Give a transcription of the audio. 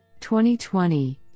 2020